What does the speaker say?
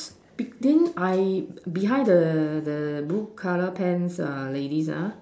but then I behind the the blue color pants err ladies ah